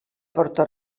porto